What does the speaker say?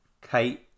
Kate